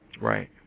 Right